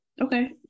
Okay